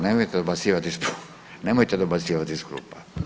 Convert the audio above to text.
Nemojte dobacivati iz, nemojte dobacivati iz klupa.